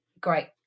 great